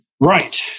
Right